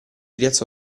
rialzò